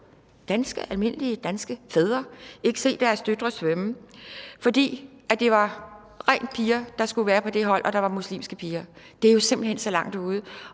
almindelige danske fædre, ikke se deres døtre svømme, fordi det kun var piger, der skulle være på det hold, og der var muslimske piger. Det er jo simpelt hen så langt ude.